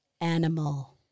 animal